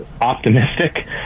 optimistic